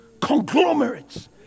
conglomerates